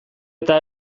eta